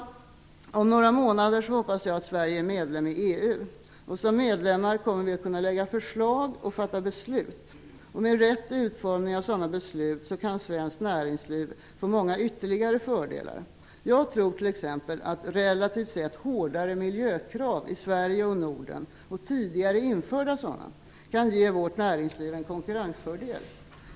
Jag hoppas att Sverige om några månader är medlem i EU. Som medlemmar kommer vi att kunna lägga fram förslag och fatta beslut. Med rätt utformning av sådana beslut kan svenskt näringsliv få många ytterligare fördelar. Jag tror t.ex. att relativt sett hårdare miljökrav i Sverige och Norden - och tidigare införda sådana - kan ge vårt näringsliv en konkurrensfördel.